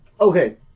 Okay